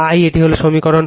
এটি হল সমীকরণ 4